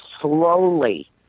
slowly